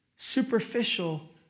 Superficial